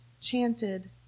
chanted